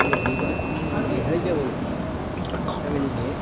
আমি দীবায় আমি দীঘায় যাবো ফ্যামিলি নিয়ে